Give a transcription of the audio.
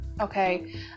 Okay